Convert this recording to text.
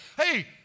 hey